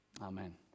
Amen